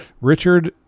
Richard